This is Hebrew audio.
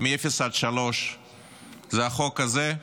מאפס עד שלוש זה החוק הזה,